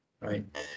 Right